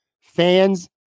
Fans